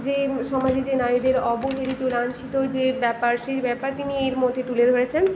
যে সমাজে যে নারীদের অবহেলিত লাঞ্ছিত যে ব্যাপার সেই ব্যাপার তিনি এর মধ্যে তুলে ধরেছেন